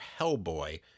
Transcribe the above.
Hellboy